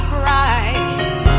Christ